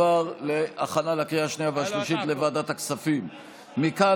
2020, לוועדת הכספים נתקבלה.